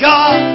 God